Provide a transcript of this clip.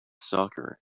soccer